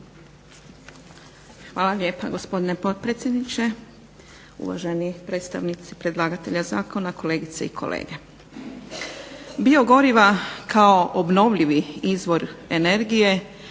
Hvala lijepa gospodine potpredsjedniče, uvaženi predstavnici predlagatelja zakona, kolegice i kolege. Biogoriva kao obnovljivi izvor energije